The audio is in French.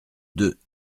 deux